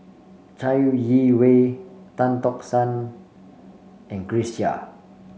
Chai Yee Wei Tan Tock San and Grace Chia